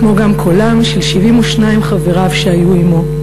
כמו גם קולם של 72 חבריו שהיו עמו,